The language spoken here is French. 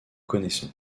connaissons